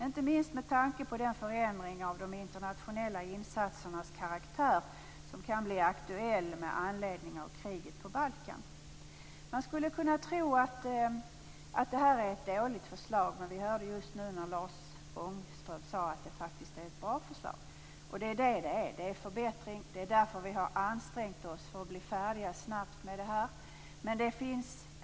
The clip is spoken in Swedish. Detta beror inte minst på den förändring av de internationella insatsernas karaktär som kan bli aktuell med anledning av kriget på Balkan. Man skulle kunna tro att det här är ett dåligt förslag, men vi hörde just Lars Ångström säga att det faktiskt är ett bra förslag. Så är också fallet. Det innebär förbättringar, och det är också därför som vi har ansträngt oss för att snabbt bli färdiga med det.